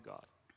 God